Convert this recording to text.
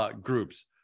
groups